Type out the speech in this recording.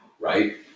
Right